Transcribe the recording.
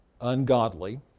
Ungodly